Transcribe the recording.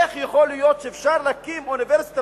איך יכול להיות שאפשר להקים אוניברסיטה